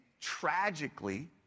tragically